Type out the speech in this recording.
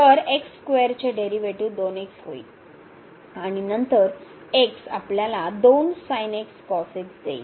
तर x square चे derivative 2x होईल आणि नंतर x आपल्याला 2sin x cos x देईल